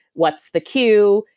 what's the cue,